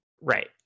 right